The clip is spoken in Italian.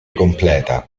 completa